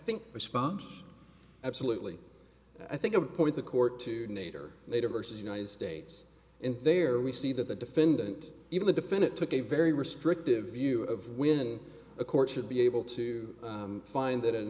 think respond absolutely i think appoint the court to nadir later versus united states in there we see that the defendant even the defendant took a very restrictive view of when a court should be able to find that